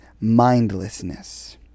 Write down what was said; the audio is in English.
mindlessness